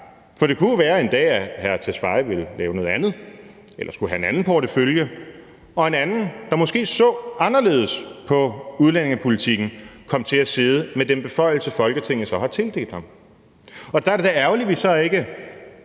og integrationsministeren en dag ville lave noget andet eller skulle have en anden portefølje, og at en anden, der måske så anderledes på udlændingepolitikken, kom til at sidde med den beføjelse, Folketinget har tildelt ham. Og der er det da ærgerligt, at vi så ikke